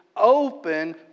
open